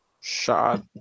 shot